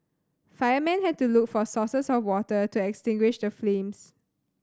firemen had to look for sources of water to extinguish the flames